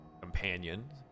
companions